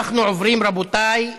רבותיי,